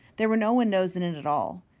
there were no windows in it at all.